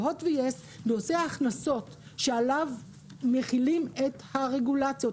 בהוט ויס נושא ההכנסות שעליו מחילים את הרגולציות,